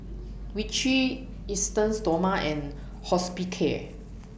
Vichy Esteem Stoma and Hospicare